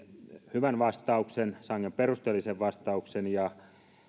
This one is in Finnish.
hyvän vastauksen sangen perusteellisen vastauksen ja